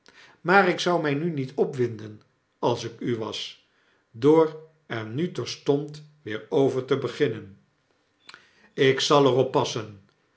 maar ik zou my nu niet opwinden als ik u was door er nu terstond weer over te beginnen ik zal er op